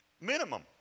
Minimum